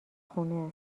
خونه